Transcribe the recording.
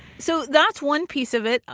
so that's one piece of it. ah